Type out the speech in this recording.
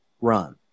run